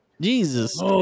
Jesus